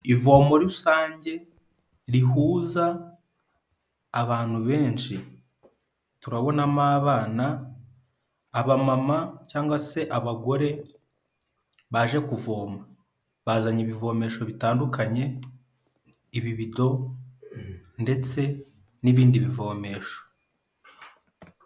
Ivomo rusange rihuza abantu benshi, turabonamo abana, aba mama cyangwa se abagore baje kuvoma bazanye ibivomesho bitandukanye, ibibido ndetse n'ibindi bivomesho.